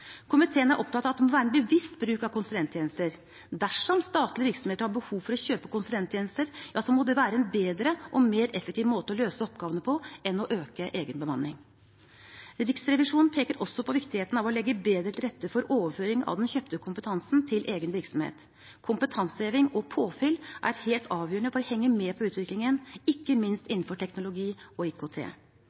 Komiteen er opptatt av at det må være en bevisst bruk av konsulenttjenester. Dersom statlige virksomheter har behov for å kjøpe konsulenttjenester, må det være en bedre og mer effektiv måte å løse oppgavene på enn å øke egen bemanning. Riksrevisjonen peker også på viktigheten av å legge bedre til rette for overføring av den kjøpte kompetansen til egen virksomhet. Kompetanseheving og påfyll er helt avgjørende for å henge med på utviklingen, ikke minst innenfor teknologi og IKT,